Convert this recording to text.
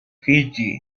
fiyi